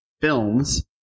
films